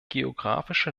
geografische